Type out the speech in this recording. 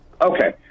Okay